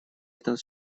этот